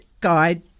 Guide